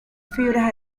fibras